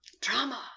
Drama